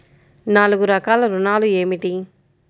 నాలుగు రకాల ఋణాలు ఏమిటీ?